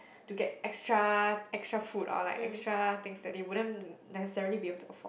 to get extra extra food or like extra things that they wouldn't necessarily be able to afford